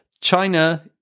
China